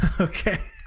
Okay